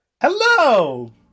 Hello